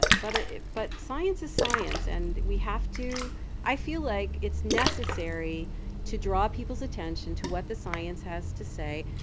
ah but but science is science. and we have to i feel like it's necessary to draw people's attention to what the science has to say.